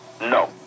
No